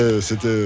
c'était